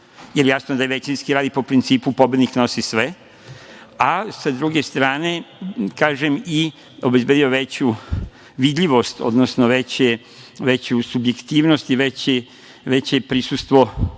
jer jasno je da većinski radi po principu – pobednik nosi sve, a sa druge strane, kažem, i obezbedio veću vidljivost, odnosno veću subjektivnost i veće prisustvo